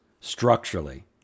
structurally